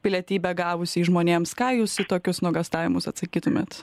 pilietybę gavusiais žmonėms ką jūs į tokius nuogąstavimus atsakytumėt